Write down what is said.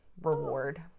reward